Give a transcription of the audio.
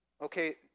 Okay